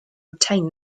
obtain